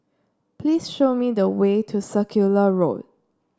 please show me the way to Circular Road